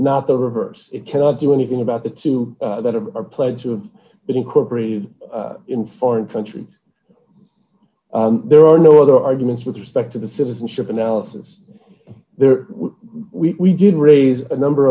not the reverse it cannot do anything about the two that are a pledge to have been incorporated in foreign countries there are no other arguments with respect to the citizenship analysis there we did raise a number